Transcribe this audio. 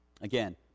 Again